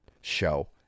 Show